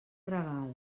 gregal